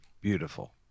beautiful